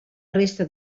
resta